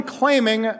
claiming